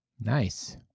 Nice